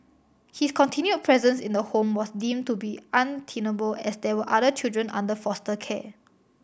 his continued presence in the home was deemed to be untenable as there were other children under foster care